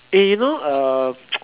eh you know uh